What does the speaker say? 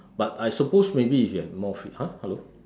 but I suppose maybe if you have more free !huh! hello